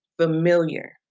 familiar